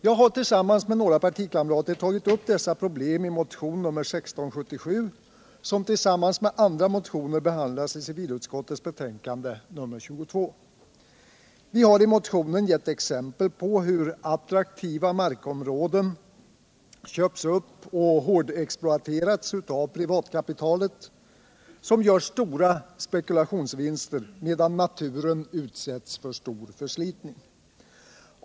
Jag har tillsammans med några partikamrater tagit upp dessa problem i motion nr 1677 som tillsammans med andra motioner behandlas i civilutskottets betänkande nr 22. Vi har i motionen gett exempel på hur attraktiva markområden köpts upp och hårdexploaterats av privatkapitalet, som gör stora spekulationsvinster, medan naturen utsätts för stor förslitning.